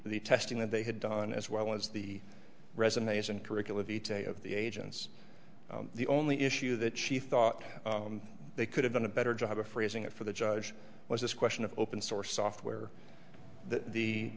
testing that they had done as well as the resumes and curricula vitti of the agents the only issue that she thought they could have done a better job of phrasing it for the judge was this question of open source software th